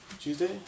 Tuesday